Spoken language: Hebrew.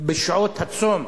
בשעות הצום.